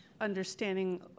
understanding